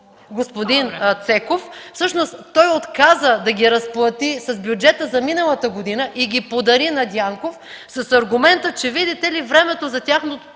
господин Цеков, всъщност той отказа да ги разплати с бюджета за миналата година и ги подари на Дянков с аргумента, че, видите ли, времето за тяхното